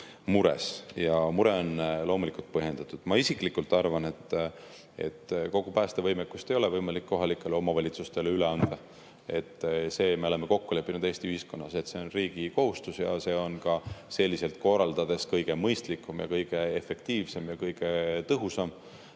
mures ja see mure on loomulikult põhjendatud. Ma isiklikult arvan, et kogu päästevõimekust ei ole võimalik kohalikele omavalitsustele üle anda. Me oleme kokku leppinud Eesti ühiskonnas, et see on riigi kohustus, ja see on selliselt korraldades kõige mõistlikum, kõige efektiivsem ja kõige tõhusam.